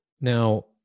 Now